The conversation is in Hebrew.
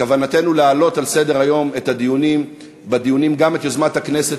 בכוונתנו להעלות על סדר-היום בדיונים גם את יוזמת הכנסת